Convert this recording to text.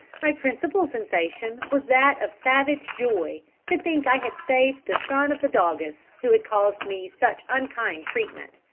my principal sensation was that of savage joy, to think i had saved the son of the doggess who had caused me such unkind treatment.